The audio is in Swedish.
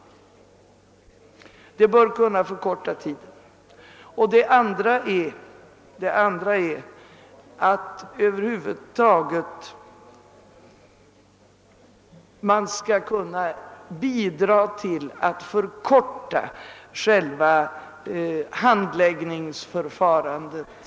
Detta bör kunna förkorta väntetiden. Den andra sak jag vill understryka är att man bör kunna förkorta handläggningsförfarandet.